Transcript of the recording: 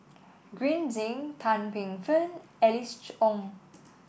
Green Zeng Tan Paey Fern Alice Ong